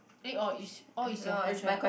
eh all is all is your question ah